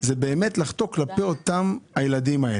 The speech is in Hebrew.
זה באמת לחטוא כלפי אותם ילדים.